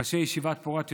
ראשי ישיבת פורת יוסף,